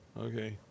Okay